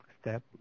step